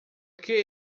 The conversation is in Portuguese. que